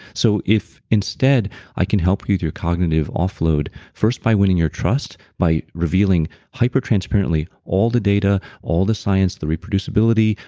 so, if instead i can help you through cognitive offload first, by winning your trust, by revealing hyper transparently all the data, all the science the reproducibility,